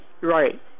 Right